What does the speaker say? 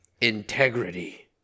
Integrity